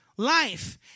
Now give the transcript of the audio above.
life